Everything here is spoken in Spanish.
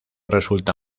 resulta